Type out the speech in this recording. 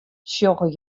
sjogge